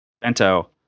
bento